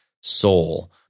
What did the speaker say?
soul